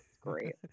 great